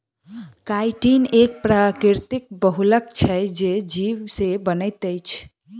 chitin एक प्राकृतिक बहुलक छै जे जीव से बनैत अछि